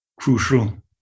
crucial